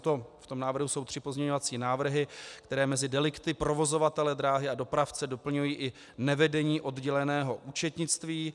V tom návrhu jsou tři pozměňovací návrhy, které mezi delikty provozovatele dráhy a dopravce doplňují i nevedení odděleného účetnictví.